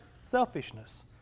Selfishness